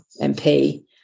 mp